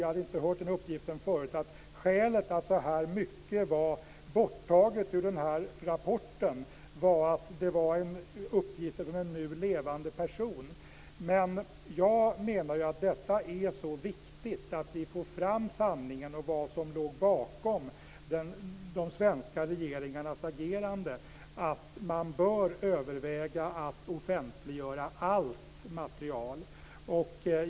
Jag hade inte hört den uppgiften förut att skälet till att så här mycket var borttaget ur rapporten var att det var uppgifter från en nu levande person. Men jag menar att det är så viktigt att vi får fram sanningen och vad som låg bakom de svenska regeringarnas agerande, att man bör överväga att offentliggöra allt material.